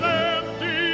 empty